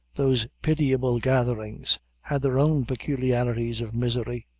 those pitiable gatherings had their own peculiarities of misery.